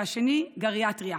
והשני גריאטריה,